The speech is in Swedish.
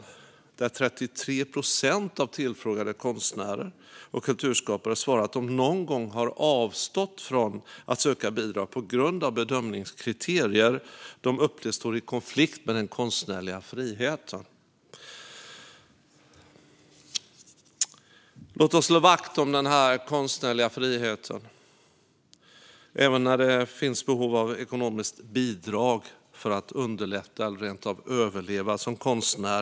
Det är 33 procent av tillfrågade konstnärer och kulturskapare som har svarat att de någon gång har avstått från att söka bidrag på grund av bedömningskriterier de upplever står i konflikt med den konstnärliga friheten. Låt oss slå vakt om den konstnärliga friheten, även när det finns behov av ekonomiskt bidrag för att underlätta eller rent av överleva som konstnär.